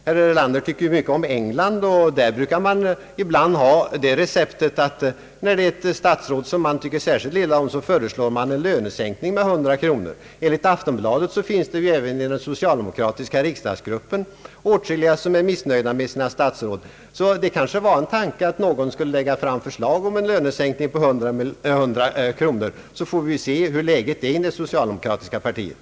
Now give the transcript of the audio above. Han tycker ju mycket om England, och där brukar man föreslå lönesänkning med 100 kronor när man tycker särskilt illa om ett statsråd. Enligt Aftonbladet finns i den socialdemokratiska gruppen åtskilliga som är missnöjda med sina statsråd, och det vore kanske en tanke att någon föreslog en lönesänkning med 100 kronor, så fick vi se hur läget är i det socialdemokratiska partiet.